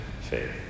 faith